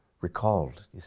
recalled